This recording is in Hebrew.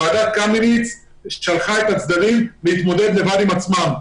ועדת קמיניץ שלחה את הצדדים להתמודד לבד עם עצמם.